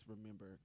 remember